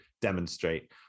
demonstrate